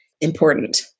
important